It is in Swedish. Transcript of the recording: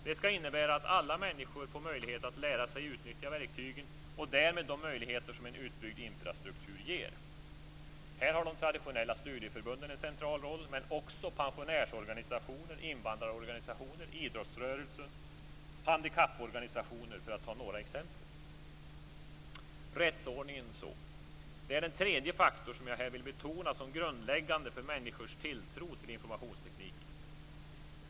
Det skall innebära att alla människor får möjlighet att lära sig att utnyttja verktygen och därmed de möjligheter som en utbyggd infrastruktur ger. Här har alla de traditionella studieförbunden en central roll, men också pensionärsorganisationer, invandrarorganisationer, idrottsrörelsen, handikapporganisationer - för att ta några exempel. Rättsordningen är den tredje faktor som jag här vill betona som grundläggande för människors tilltro till informationstekniken.